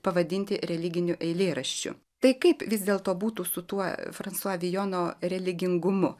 pavadinti religiniu eilėraščiu tai kaip vis dėlto būtų su tuo fransua vijono religingumu